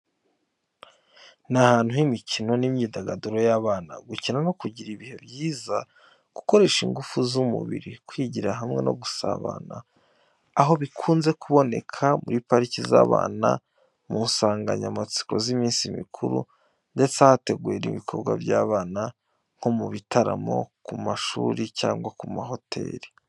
Ni ahantu h’imikino n’imyidagaduro y’abana. Gukina no kugira ibihe byiza. Gukoresha ingufu z’umubiri, Kwigira hamwe no gusabana. Aho bikunze kuboneka muri pariki z’abana mu nsanganyamatsiko z’iminsi mikuru cyangwa ahateguwe ibikorwa by’abana nko mu bitaramo, ku mashuri cyangwa mu mahoteli.